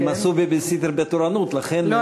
הן עשו בייביסיטר בתורנות, לכן,